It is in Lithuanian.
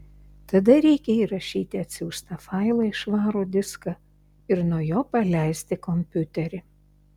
tada reikia įrašyti atsiųstą failą į švarų diską ir nuo jo paleisti kompiuterį